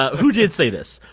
ah who did say this?